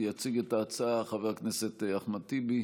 יציג את ההצעה חבר הכנסת אחמד טיבי,